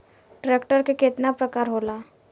Tractor के केतना प्रकार होला?